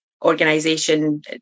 organization